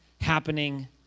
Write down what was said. happening